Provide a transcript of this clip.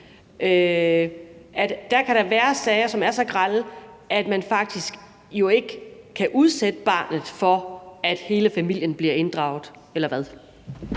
endda dagligt – som er så grelle, at man faktisk ikke kan udsætte barnet for, at hele familien bliver inddraget,